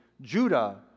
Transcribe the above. Judah